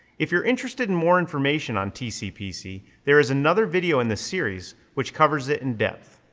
if you're interested in more information on tcpc, there is another video in the series which covers it in depth.